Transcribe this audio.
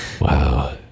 Wow